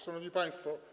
Szanowni Państwo!